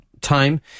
time